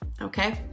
okay